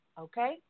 okay